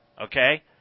Okay